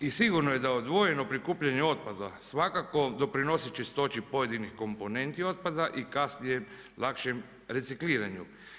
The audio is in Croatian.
I sigurno je da je odvojeno prikupljanje otpada svakako doprinosit čistoći pojedinih komponenti otpada i kasnije lakšim recikliranju.